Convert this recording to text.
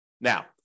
Now